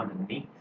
underneath